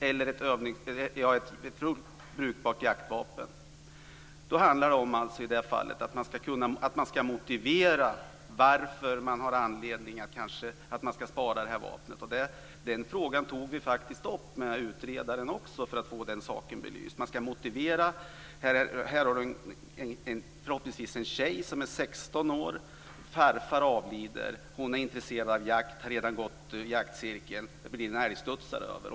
I det fallet handlar det om att man ska motivera att man vill spara det här vapnet. Den frågan tog vi faktiskt också upp med utredaren för att få den saken belyst. Låt oss säga att det handlar om, förhoppningsvis, en tjej som är 16 år. Hennes farfar avlider. Hon är intresserad av jakt och har redan gått en jaktcirkel. Det blir en älgstudsare över.